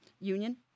union